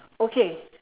okay